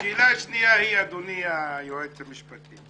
אדוני היועץ המשפטי,